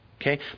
Okay